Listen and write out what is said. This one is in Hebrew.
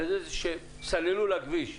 על ידי זה שסללו לה כביש.